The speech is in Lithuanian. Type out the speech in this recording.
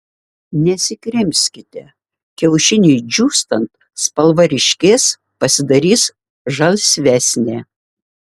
nesikrimskite kiaušiniui džiūstant spalva ryškės pasidarys žalsvesnė